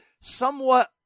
somewhat